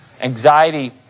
Anxiety